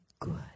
good